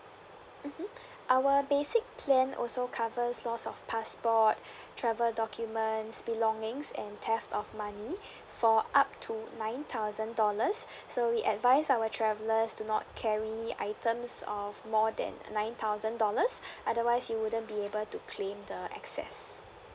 mmhmm our basic plan also covers lost of passport travel documents belongings and theft of money for up to nine thousand dollars so we advise our travellers do not carry items of more than nine thousand dollars otherwise you wouldn't be able to claim the excess